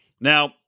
Now